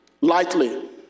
lightly